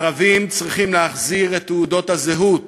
הערבים צריכים להחזיר את תעודות הזהות,